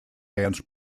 dance